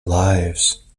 lives